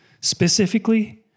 Specifically